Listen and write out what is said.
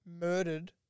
Murdered